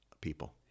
people